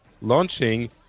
launching